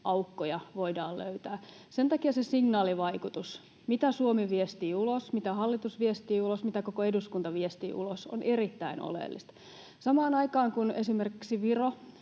aukkoja voidaan löytää. Sen takia se signaalivaikutus, mitä Suomi viestii ulos, mitä hallitus viestii ulos, mitä koko eduskunta viestii ulos, on erittäin oleellista. Samaan aikaan kun esimerkiksi Viro,